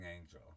Angel